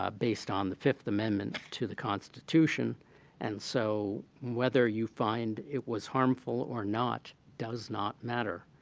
ah based on the fifth amendment to the constitution and so whether you find it was harmful or not, does not matter.